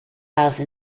house